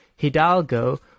Hidalgo